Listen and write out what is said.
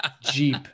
jeep